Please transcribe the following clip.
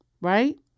right